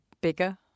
bigger